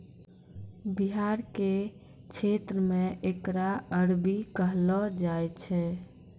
बिहार के क्षेत्र मे एकरा अरबी कहलो जाय छै